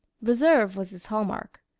reserve was his hallmark.